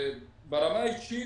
ברמה האישית,